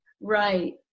Right